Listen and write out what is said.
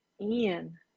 Ian